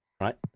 Right